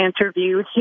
interview